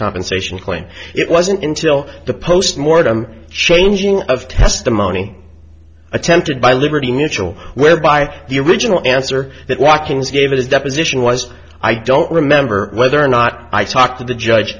compensation claim it wasn't until the post mortem changing of testimony attempted by liberty mutual whereby the original answer that walking's gave his deposition was i don't remember whether or not i talked to the judge